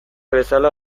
bezala